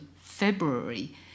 February